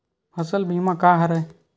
फसल बीमा का हरय?